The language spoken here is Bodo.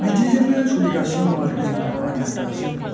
बिदिजोंनो सोलिगासिनो दं आरखि जों बर' हारिया दासिमबो